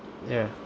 ya